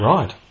Right